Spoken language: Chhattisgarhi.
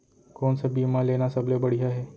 कोन स बीमा लेना सबले बढ़िया हे?